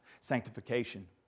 Sanctification